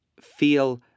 feel